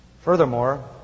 Furthermore